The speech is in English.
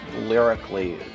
lyrically